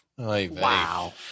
Wow